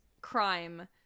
crime